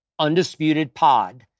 UndisputedPod